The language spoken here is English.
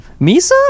Misa